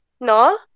No